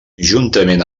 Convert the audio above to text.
juntament